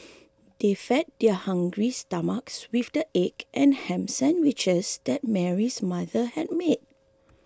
they fed their hungry stomachs with the egg and ham sandwiches that Mary's mother had made